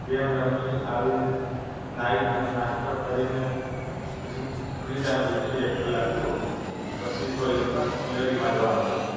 game રમી આવીને નાહી ધોઈને નાસ્તો કરીને પછી ફ્રી ટાઈમ હોય છે એક કલાક જેવો પછી કોલેજમાં થિયરીમાં જવાનું હોય છે